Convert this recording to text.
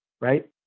right